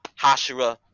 Hashira